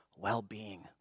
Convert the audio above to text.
well-being